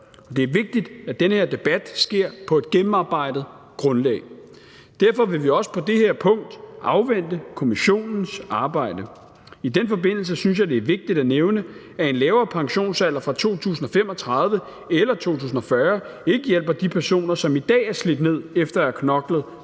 Det er vigtigt, at den her debat sker på et gennemarbejdet grundlag. Derfor vil vi også på det her punkt afvente kommissionens arbejde. I den forbindelse synes jeg, det er vigtigt at nævne, at en lavere pensionsalder fra 2035 eller 2040 ikke hjælper de personer, som i dag er slidt ned efter at have knoklet